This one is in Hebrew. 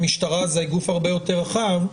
המשטרה זה גוף הרבה יותר רחב,